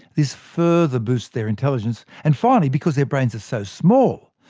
this further boosts their intelligence. and finally, because their brains are so small,